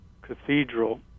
Cathedral